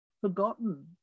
forgotten